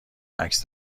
عکس